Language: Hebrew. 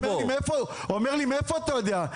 הוא אומר לי: מאיפה אתה יודע?